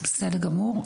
בסדר גמור,